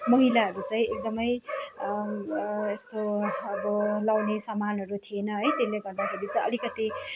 महिलाहरू चाहिँ एकदमै यस्तो अब लगाउने सामानहरू थिएन है त्यसले गर्दाखेरि चाहिँ अलिकति